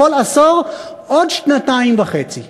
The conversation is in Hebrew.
כל עשור עוד שנתיים וחצי.